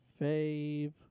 fave